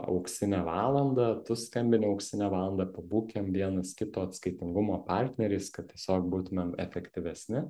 auksinę valandą tu skambini auksinę valandą pabūkim vienas kito atskaitingumo partneriais kad tiesiog būtumėm efektyvesni